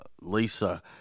Lisa